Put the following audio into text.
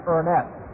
Ernest